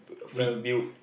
fit build